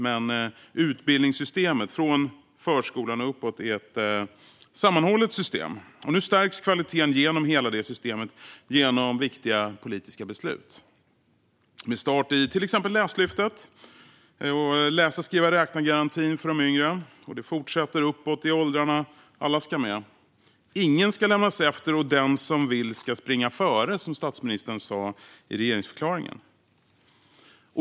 Men utbildningssystemet, från förskolan och uppåt, är ett sammanhållet system. Nu stärks kvaliteten genom hela systemet genom viktiga politiska beslut med start i till exempel Läslyftet och läsa-skriva-räkna-garantin för de yngre. Det fortsätter uppåt i åldrarna. Alla ska med. "Ingen elev ska lämnas efter, och den som vill ska kunna springa före", sa statsministern i regeringsförklaringen.